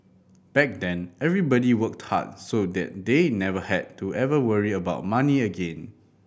back then everybody worked hard so that they never had to ever worry about money again